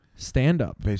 stand-up